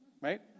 right